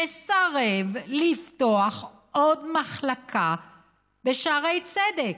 מסרב לפתוח עוד מחלקה בשערי צדק.